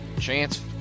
chance